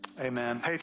Amen